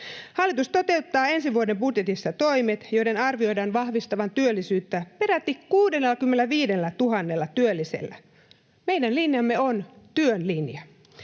Hallitus toteuttaa ensi vuoden budjetissa toimet, joiden arvioidaan vahvistavan työllisyyttä peräti 65 000 työllisellä. Meidän linjamme on työn linja.